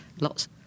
lots